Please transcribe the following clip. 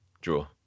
draw